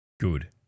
Good